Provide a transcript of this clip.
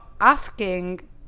asking